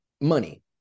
money